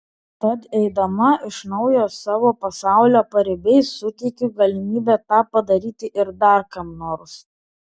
tad eidama iš naujo savo pasaulio paribiais suteikiu galimybę tą padaryti ir dar kam nors